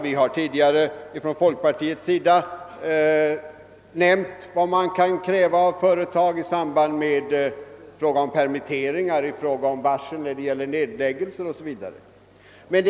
Vi har tidigare från folkpartiets sida nämnt vad som kan krävas av företag i samband med fråga om permitteringar, varsel när det gäller nedläggelser 0. s. v.